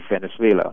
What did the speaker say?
Venezuela